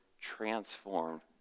transformed